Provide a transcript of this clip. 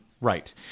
Right